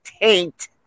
taint